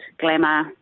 glamour